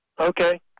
Okay